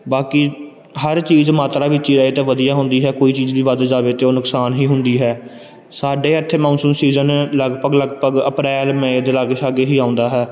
ਬਾਕੀ ਹਰ ਚੀਜ਼ ਮਾਤਰਾ ਵਿੱਚ ਹੀ ਰਹੇ ਤਾਂ ਵਧੀਆ ਹੁੰਦੀ ਹੈ ਕੋਈ ਚੀਜ਼ ਵੀ ਵੱਧ ਜਾਵੇ ਤਾਂ ਉਹ ਨੁਕਸਾਨ ਹੀ ਹੁੰਦੀ ਹੈ ਸਾਡੇ ਇੱਥੇ ਮੌਨਸੂਨ ਸੀਜ਼ਨ ਲਗਭਗ ਲਗਭਗ ਅਪ੍ਰੈਲ ਮਈ ਦੇ ਲਾਗੇ ਛਾਗੇ ਹੀ ਆਉਂਦਾ ਹੈ